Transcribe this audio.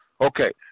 Okay